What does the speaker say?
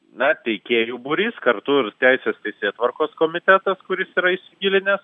na teikėjų būrys kartu ir teisės teisėtvarkos komitetas kuris yra įsigilinęs